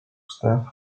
staff